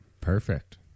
perfect